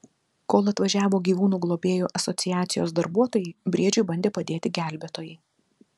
kol atvažiavo gyvūnų globėjų asociacijos darbuotojai briedžiui bandė padėti gelbėtojai